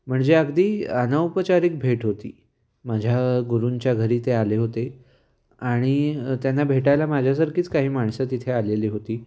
म्हणजे अगदी अनौपचारिक भेट होती माझ्या गुरुंच्या घरी ते आले होते आणि त्यांना भेटायला माझ्यासारखीच काही माणसं तिथे आलेली होती